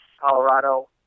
Colorado